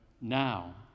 now